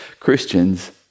Christians